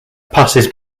passes